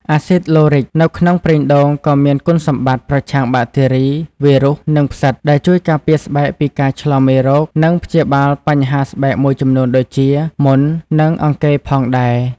អាស៊ីតឡូរិក នៅក្នុងប្រេងដូងក៏មានគុណសម្បត្តិ ប្រឆាំងបាក់តេរី វីរុស និងផ្សិត ដែលជួយការពារស្បែកពីការឆ្លងមេរោគ និងព្យាបាលបញ្ហាស្បែកមួយចំនួនដូចជា មុន និងអង្គែ ផងដែរ។